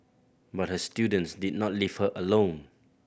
but her students did not leave her alone